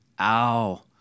Ow